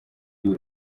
y’i